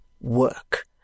Work